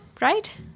right